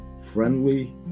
friendly